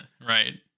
Right